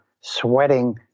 sweating